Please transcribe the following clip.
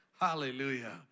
Hallelujah